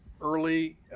early